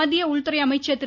மத்திய உள்துறை அமைச்சர் திரு